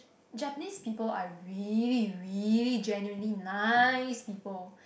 Japanese people are really really genuinely nice people